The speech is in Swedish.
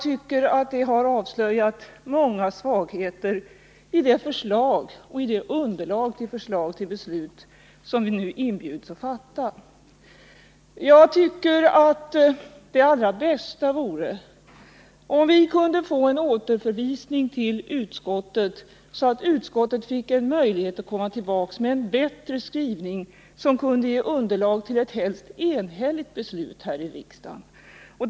Det har avslöjats många svagheter i underlaget till förslag till beslut och i förslaget till det beslut som vi nu inbjuds att fatta. Jag tycker att det allra bästa vore om vi kunde få en återförvisning till utskottet, så att utskottet fick möjlighet att komma tillbaka med en bättre skrivning, som kunde ge underlag för ett helst enhälligt beslut här i riksdagen.